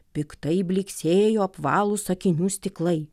piktai blyksėjo apvalūs akinių stiklai